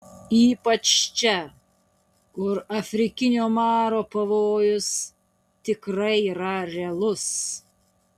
ypač čia kur afrikinio maro pavojus tikrai yra realus